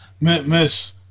miss